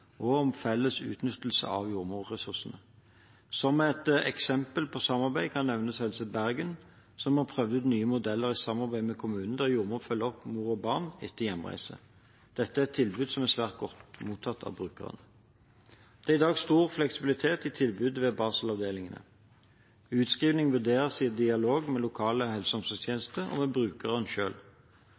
og om felles utnyttelse av jordmorressursene. Som et eksempel på samarbeid kan nevnes Helse Bergen som har prøvd ut nye modeller i samarbeid med kommunene, der jordmor følger opp mor og barn etter hjemreise. Dette er et tilbud som er blitt svært godt mottatt av brukerne. Det er i dag stor fleksibilitet i tilbudet ved barselavdelingene. Utskrivning vurderes i dialog med lokale helse- og omsorgstjenester og med brukeren